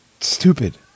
stupid